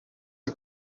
een